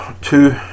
two